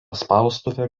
spaustuvė